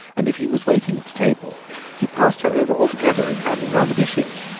and if he was waiting at table he passed her over altogether in handing round the dishes.